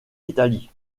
italie